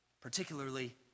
Particularly